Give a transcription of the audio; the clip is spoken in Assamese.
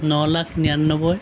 ন লাখ নিৰান্নব্বৈ